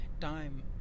time